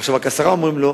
ועכשיו רק עשרה אומרים "לא",